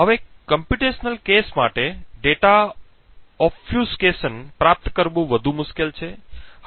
હવે computational case માટે data obfuscation પ્રાપ્ત કરવું વધુ મુશ્કેલ છે